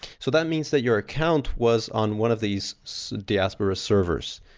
so that means that your account was on one of these so diaspora servers.